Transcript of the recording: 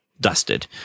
dusted